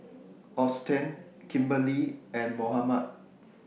Austen Kimberley and Mohammed